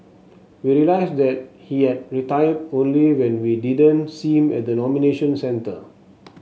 we realised that he had retired only when we didn't see him at the nomination centre